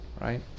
Right